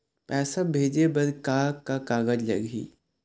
पैसा भेजे बर का का कागज लगही?